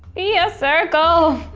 be a circle.